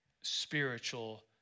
spiritual